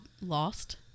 Lost